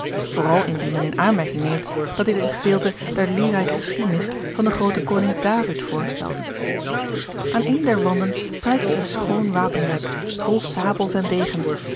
vooral indien men in aanmerking neemt dat dit een gedeelte der leerrijke geschiedenis van den grooten koning david voorstelde aan een der wanden prijkte een schoon wapenrek vol sabels en degens